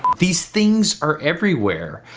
these things are everywhere.